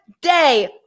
day